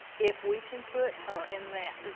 if we can put her in that.